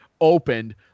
opened